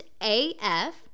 af